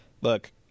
Look